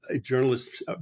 Journalists